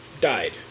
died